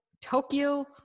Tokyo